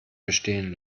bestehen